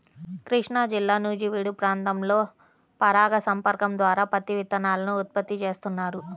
కృష్ణాజిల్లా నూజివీడు ప్రాంతంలో పరాగ సంపర్కం ద్వారా పత్తి విత్తనాలను ఉత్పత్తి చేస్తున్నారు